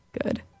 good